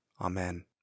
Amen